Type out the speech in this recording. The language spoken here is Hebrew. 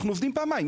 אנחנו עובדים פעמיים,